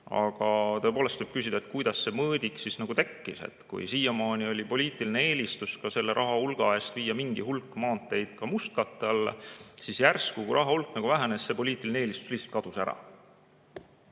Tõepoolest võib küsida, kuidas see mõõdik siis tekkis. Kui siiamaani oli poliitiline eelistus selle rahahulga eest viia mingi hulk maanteid ka mustkatte alla, siis järsku, kui rahahulk vähenes, see poliitiline eelistus lihtsalt kadus ära.